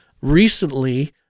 recently